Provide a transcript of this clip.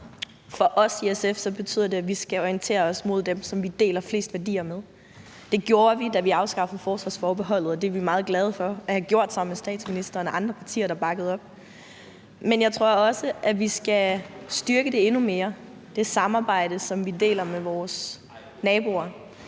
For os i SF betyder det, at vi skal orientere os mod dem, som vi deler flest værdier med. Det gjorde vi, da vi afskaffede forsvarsforbeholdet, og det er vi meget glade for at have gjort sammen med statsministerens parti og andre partier, der bakkede op. Men jeg tror også, at vi skal styrke det samarbejde, som vi deler med vores naboer,